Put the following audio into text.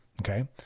okay